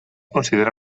considera